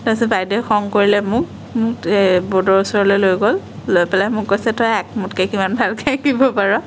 তাৰপিছত বাইদেউয়ে খং কৰিলে মোক মোক ব'ৰ্ডৰ ওচৰলৈ লৈ গ'ল লৈ পেলাই মোক কৈছে তই আক মোতকে কিমান ভালকে আকিব পাৰ